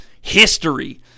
history